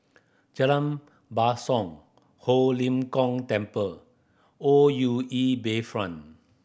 Jalan Basong Ho Lim Kong Temple O U E Bayfront